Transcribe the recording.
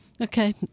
Okay